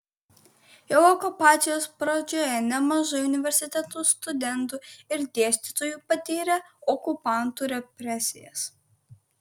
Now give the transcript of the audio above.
jau okupacijos pradžioje nemažai universiteto studentų ir dėstytojų patyrė okupantų represijas